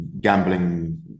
gambling